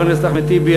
חבר הכנסת אחמד טיבי,